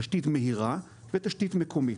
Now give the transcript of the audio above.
תשתית מהירה ותשתית מקומית.